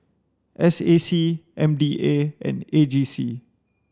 S A C M D A and A G C